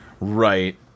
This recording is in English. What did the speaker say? Right